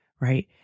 right